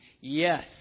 Yes